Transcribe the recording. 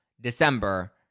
December